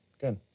Good